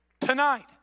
Tonight